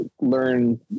learn